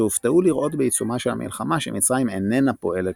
שהופתעו לראות בעיצומה של המלחמה שמצרים איננה פועלת